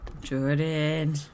Jordan